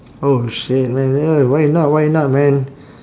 oh shit man uh why not why not man